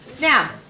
now